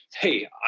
hey